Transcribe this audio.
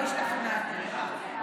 עוד לא השתכנעתם.